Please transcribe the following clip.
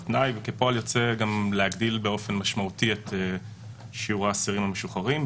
תנאי וכפועל יוצא גם להגדיל באופן משמעותי את שיעור האסירים המשוחררים,